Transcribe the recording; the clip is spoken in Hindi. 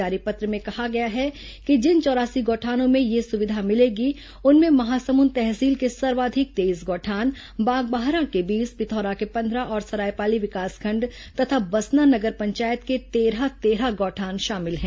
जारी पत्र में कहा गया है कि जिन चौरासी गौठानों में यह सुविधा मिलेगी उनमें महासमुंद तहसील के सर्वाधिक तेईस गौठान बागबाहरा के बीस पिथौरा के पंद्रह और सरायपाली विकासखंड तथा बसना नगर पंचायत के तेरह तेरह गौठान शामिल हैं